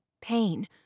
pain